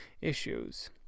issues